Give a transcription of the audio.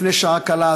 לפני שעה קלה,